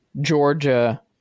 Georgia